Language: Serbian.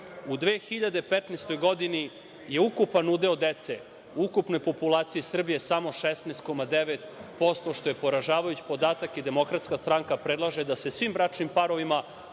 2015. godini je ukupan udeo dece, u ukupnoj populaciji Srbije, samo 16,9% što je poražavajući podatak i DS predlaže da se svim bračnim parovima